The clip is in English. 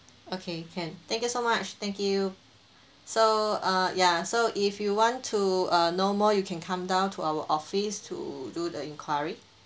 okay can thank you so much thank you so err ya so if you want to err know more you can come down to our office to do the inquiry